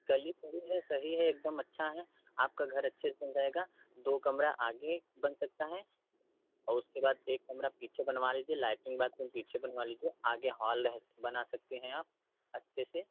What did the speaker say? गली सही है सही है एकदम अच्छा है आपका घर अच्छे से बन जाएगा दो कमरा आगे बन सकता है और उसके बाद एक कमरा पीछे बनवा लीजिए लैट्रिन बाथरूम पीछे बनवा लीजिए आगे हॉल है बना सकते हैं आप अच्छे से